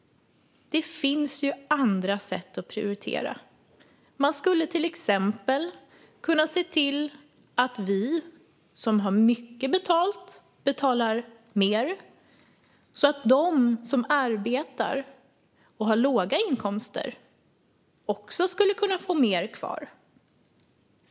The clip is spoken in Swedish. Det finns andra sätt att prioritera. Man skulle till exempel kunna se till att vi som har mycket betalt betalar mer så att de som arbetar och har låga inkomster skulle kunna få mer kvar.